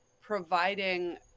providing